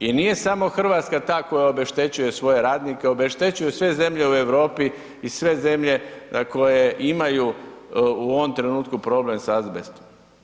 I nije samo RH ta koja obeštećuje svoje radnike, obeštećuju sve zemlje u Europi i sve zemlje koje imaju u ovom trenutku problem s azbestom.